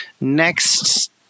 next